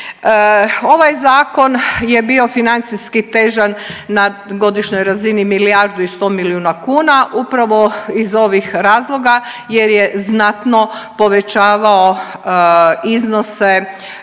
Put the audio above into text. Ovaj zakon je bio financijski težak na godišnjoj razini milijardu i 100 milijuna kuna, upravo iz ovih razloga jer je znatno povećavao iznose socijalnih